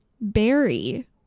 berry